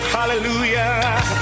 Hallelujah